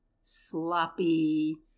sloppy